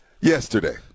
Yesterday